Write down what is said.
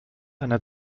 einer